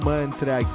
Mantra